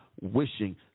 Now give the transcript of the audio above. wishing